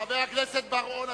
חבר הכנסת בר-און,